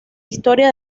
historia